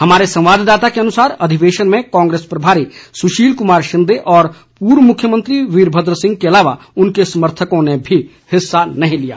हमारे संवाददाता के अनुसार अधिवेशन में कांग्रेस प्रभारी सुशील कुमार शिंदे और पूर्व मुख्यमंत्री वीरभद्र सिंह के अलावा उनके समर्थकों ने भी हिस्सा नहीं लिया